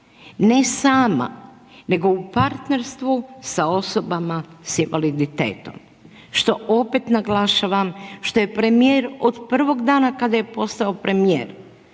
ne sama nego u partnerstvu sa osobama sa invaliditetom, što opet naglašavam što je premijer od prvog dana kad je postao premijer